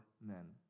men